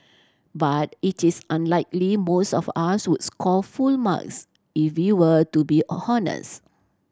but it is unlikely most of us would score full marks if we were to be honest